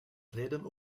rijden